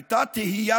הייתה תהייה,